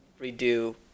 redo